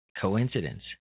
coincidence